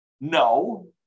no